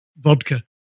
vodka